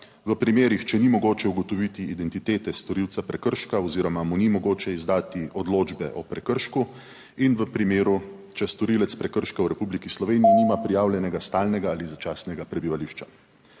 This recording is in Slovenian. v primerih, če ni mogoče ugotoviti identitete storilca prekrška oziroma mu ni mogoče izdati odločbe o prekršku in v primeru, če storilec prekrška v Republiki Sloveniji nima prijavljenega stalnega ali začasnega prebivališča.